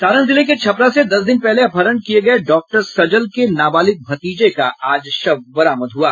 सारण जिले के छपरा से दस दिन पहले अपहरण किये गये डॉक्टर सजल के नाबालिग भतीजे का आज शव बरामद हुआ